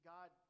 God